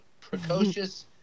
precocious